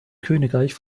königreich